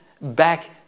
back